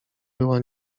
była